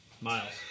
miles